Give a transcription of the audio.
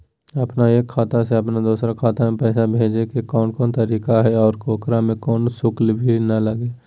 अपन एक खाता से अपन दोसर खाता में पैसा भेजे के कौन कौन तरीका है और ओकरा में कोनो शुक्ल भी लगो है की?